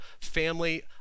family